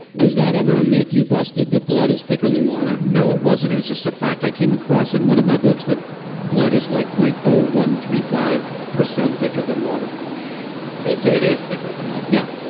was that ever a myth you busted. that blood is thicker than water? no, it wasn't. it is just a fact. i came across in one of my books that blood is like point zero ah one three five percent thicker than water also, it is thicker than water. yeah,